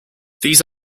these